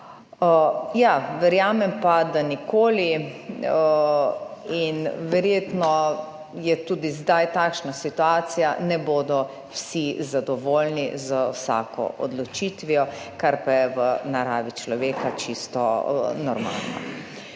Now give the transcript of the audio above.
Ja, verjamem pa, da nikoli in verjetno je tudi zdaj takšna situacija ne bodo vsi zadovoljni z vsako odločitvijo, kar pa je v naravi človeka čisto normalno.